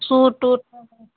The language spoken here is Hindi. सूट ऊट हाँ हाँ